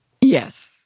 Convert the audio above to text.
Yes